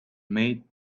made